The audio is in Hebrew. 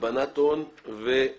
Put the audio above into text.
הלבנת הון וכלכלה.